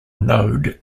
node